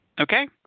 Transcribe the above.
okay